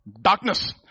Darkness